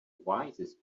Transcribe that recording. wisest